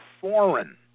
foreign